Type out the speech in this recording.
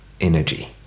energy